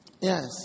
yes